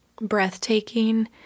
breathtaking